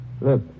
Look